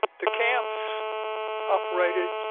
the camps operated